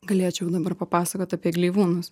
galėčiau dabar papasakot apie gleivūnus